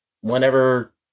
whenever